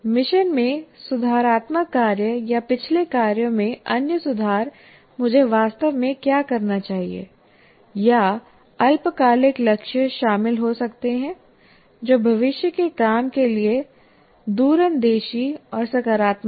mission में सुधारात्मक कार्य या पिछले कार्यों में अन्य सुधार मुझे वास्तव में क्या करना चाहिए या अल्पकालिक लक्ष्य शामिल हो सकते हैं जो भविष्य के काम के लिए दूरंदेशी और सकारात्मक हैं